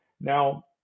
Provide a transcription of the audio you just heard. Now